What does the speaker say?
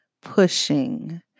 pushing